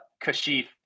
kashif